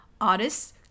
Artists